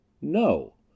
No